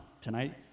tonight